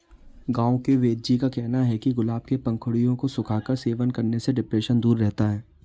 गांव के वेदजी का कहना है कि गुलाब के पंखुड़ियों को सुखाकर सेवन करने से डिप्रेशन दूर रहता है